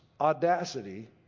audacity